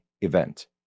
event